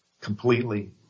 completely